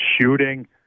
shooting –